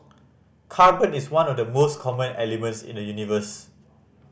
carbon is one of the most common elements in the universe